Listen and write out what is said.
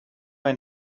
and